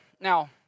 Now